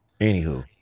Anywho